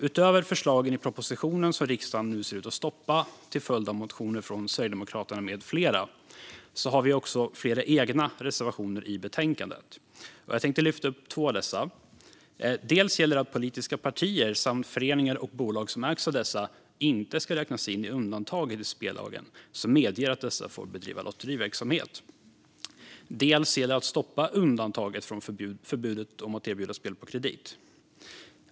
Utöver förslagen i propositionen, som riksdagen nu ser ut att stoppa till följd av motioner från Sverigedemokraterna med flera, har vi också flera egna reservationer i betänkandet. Jag tänker lyfta fram två av dessa. Dels handlar det om att politiska partier samt föreningar och bolag som ägs av dessa inte ska räknas in i undantaget i spellagen som medger att dessa får bedriva lotteriverksamhet; dels handlar det om att stoppa undantaget från förbudet att erbjuda spel på kredit.